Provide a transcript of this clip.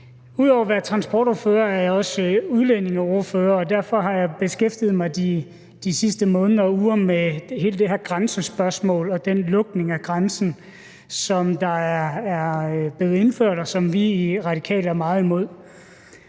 Ud over at være transportordfører er jeg også udlændingeordfører, og derfor har jeg beskæftiget mig de sidste måneder og uger med hele det her grænsespørgsmål og den lukning af grænsen, som er blevet indført, og som vi i Radikale er meget imod.